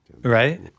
right